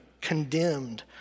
condemned